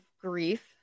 grief